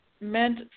meant